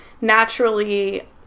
naturally